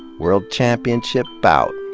world championship bout.